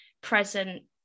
present